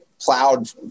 plowed